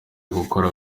gukora